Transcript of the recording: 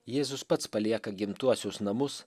jėzus pats palieka gimtuosius namus